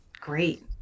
great